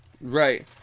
Right